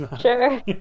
Sure